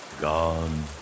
gone